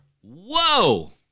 Whoa